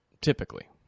typically